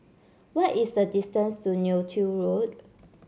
what is the distance to Neo Tiew Road